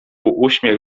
uśmiech